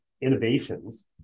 innovations